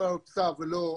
זה לא הרוב.